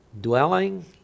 dwelling